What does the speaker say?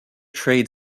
trade